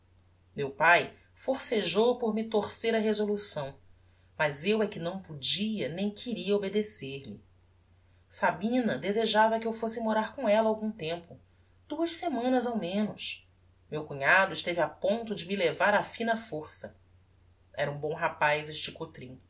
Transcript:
meu pae forcejou por me torcer a resolução mas eu é que não podia nem queria obedecer-lhe sabina desejava que eu fosse morar com ella algum tempo duas semanas ao menos meu cunhado esteve a ponto de me levar á fina força era um bom rapaz este cotrim